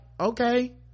okay